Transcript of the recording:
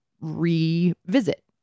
revisit